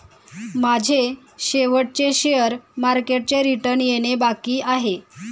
माझे शेवटचे शेअर मार्केटचे रिटर्न येणे बाकी आहे